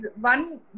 one